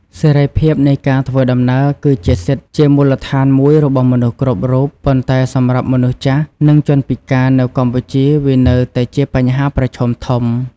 សេរីភាពនៃការធ្វើដំណើរ គឺជាសិទ្ធិជាមូលដ្ឋានមួយរបស់មនុស្សគ្រប់រូប ប៉ុន្តែសម្រាប់មនុស្សចាស់ និងជនពិការនៅកម្ពុជាវានៅតែជាបញ្ហាប្រឈមធំ។